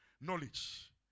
knowledge